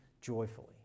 joyfully